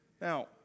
Now